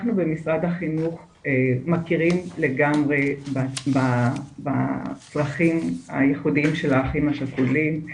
אנחנו במשרד החינוך מכירים לגמרי בצרכים הייחודיים של האחים השכולים,